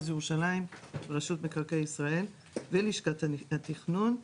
ירושלים רשות מקרקעי ישראל ולשכת התכנון,